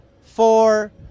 four